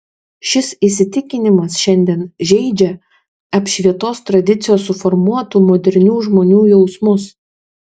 šis įsitikinimas šiandien žeidžia apšvietos tradicijos suformuotų modernių žmonių jausmus